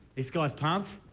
this guy's pumped.